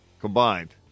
combined